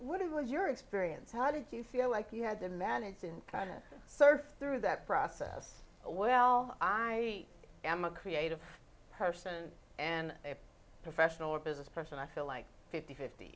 it was your experience how did you feel like you had the management kind of surf through that process well i am a creative person and a professional or business person i feel like fifty fift